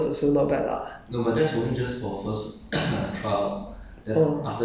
eigh~ eighteen dollars per hour ah I think I think eighteen dollars also not bad lah